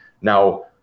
Now